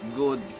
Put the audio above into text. good